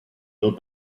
built